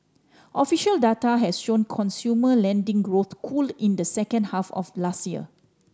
official data has shown consumer lending growth cool in the second half of last year